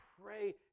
pray